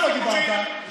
לא דיברתי על הפרות סגר,